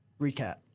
recap